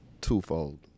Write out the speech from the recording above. twofold